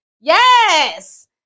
Yes